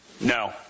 No